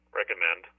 recommend